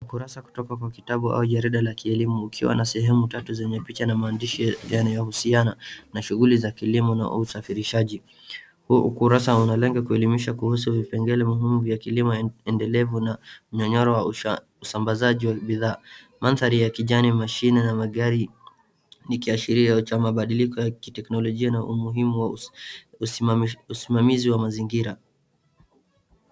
Ukurasa kutoka kwa kitabu au jarida la kielimu ukiwa na sehemu tatu zenye picha na maandishi yanayohusiana na shughuli za kilimo na usafirishaji. huu ukurasa unalenga kuelimisha kuhusu vipengele muhimu vya kilimo endelevu na wa usambazaji wa bidhaa. Mandhari ya kijani, mashine na magari, ni kiashiria cha mabadiliko ya kiteknolojia na umuhimu wa usimamizi wa mazingira.